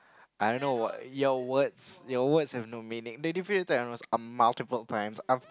I don't know what your words your words have no meaning they're different almost a multiple times